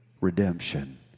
redemption